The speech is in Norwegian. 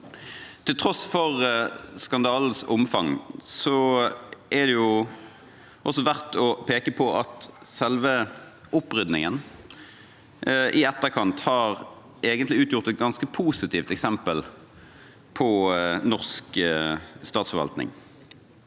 Til tross for skandalens omfang er det verdt å peke på at selve opprydningen i etterkant egentlig har utgjort et ganske positivt eksempel på norsk statsforvaltning.